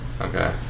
Okay